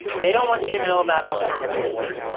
they don't want you to know about alternative thinking.